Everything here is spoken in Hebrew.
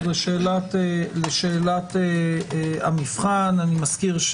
לשאלת המבחן אני מזכיר,